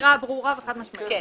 אמירה ברורה וחד משמעית.